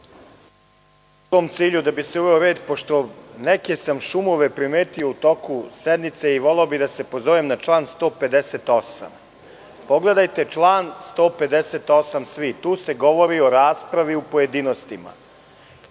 U cilju da bi se uveo red, pošto neke sam šumove primetio u toku sednice i voleo bih da se pozovem na član 158.Pogledajte član 158. svi. Tu se govori o raspravi u pojedinostima.